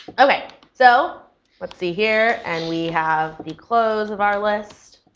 ok, so let's see here. and we have the close of our list.